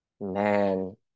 Man